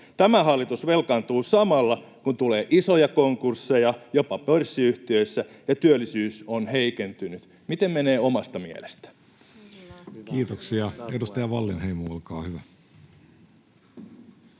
Tämä hallitus velkaantuu samalla, kun tulee isoja konkursseja jopa pörssiyhtiöissä ja työllisyys on heikentynyt. Miten menee omasta mielestä? Kiitoksia. — Edustaja Wallinheimo, olkaa hyvä.